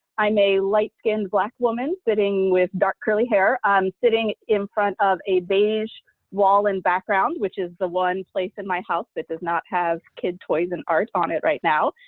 i'm a light-skinned black woman, sitting with dark curly hair, um sitting in front of a beige wall and background, which is the one place in my house that does not have kid toys and art on it right now.